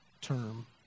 term